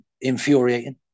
infuriating